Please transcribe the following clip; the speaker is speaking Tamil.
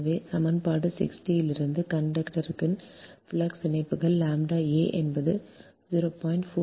எனவே சமன்பாடு 60 இலிருந்து கண்டக்டரின் ஃப்ளக்ஸ் இணைப்புகள் ʎ a என்பது 0